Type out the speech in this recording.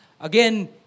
Again